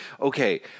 okay